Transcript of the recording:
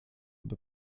aby